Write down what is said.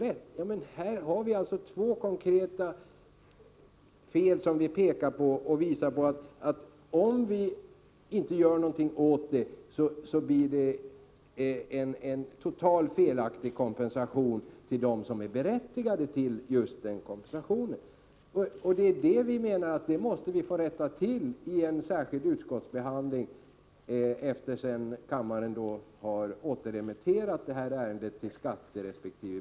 Ja, men här finns det alltså två konkreta fel. Om vi inte gör någonting för att rätta till dem, får de som är berättigade till kompensation en totalt felaktig sådan. Vi måste få rätta till de här felen i samband med en särskild utskottsbehandling — efter det att riksdagen beslutat återremittera ärendet till skatteresp.